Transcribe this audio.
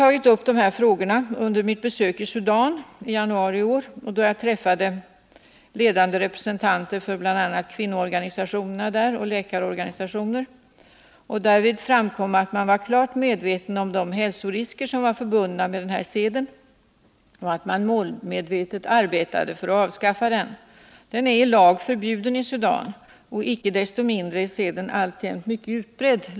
Jag tog också upp dessa frågor när jag besökte Sudan i januari i år. Vid det tillfället träffade jag ledande representanter för bl.a. kvinnoorganisationer och läkarorganisationer i Sudan. Därvid framkom att man är klart medveten om de hälsorisker som är förbundna med seden, varför man också målmedvetet arbetar för att avskaffa den. Seden är i lag förbjuden i Sudan. Icke desto mindre är den alltjämt mycket utbredd.